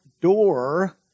door